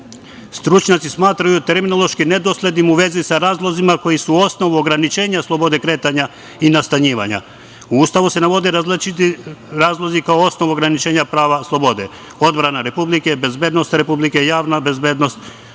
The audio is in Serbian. stručnjaci smatraju terminološki nedoslednim u vezi sa razlozima koji su u osnovu ograničenja slobode kretanja i nastanjivanja.U Ustavu se navode različiti razlozi kao osnov ograničenja prava slobode - odbrana Republike, bezbednost Republike, javna bezbednost,